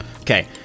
Okay